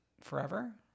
forever